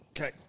Okay